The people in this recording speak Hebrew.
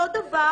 אותו דבר,